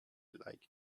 like